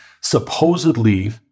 supposedly